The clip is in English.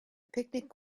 picnic